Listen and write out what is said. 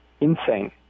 insane